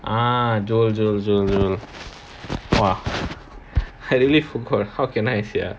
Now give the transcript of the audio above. ah jewel jewel jewel I really forgot how can I sia